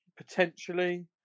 potentially